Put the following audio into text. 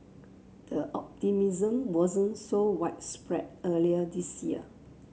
the optimism wasn't so widespread earlier this year